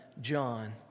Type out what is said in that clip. John